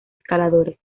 escaladores